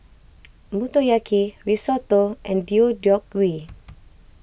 Motoyaki Risotto and Deodeok Gui